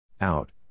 Out